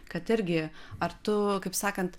kad irgi ar tu kaip sakant